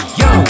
yo